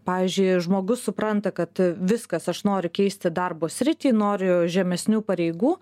pavyzdžiui žmogus supranta kad viskas aš noriu keisti darbo sritį noriu žemesnių pareigų